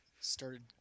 Started